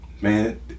man